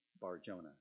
Bar-Jonah